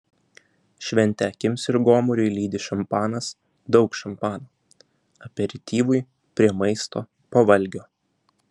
šventę akims ir gomuriui lydi šampanas daug šampano aperityvui prie maisto po valgio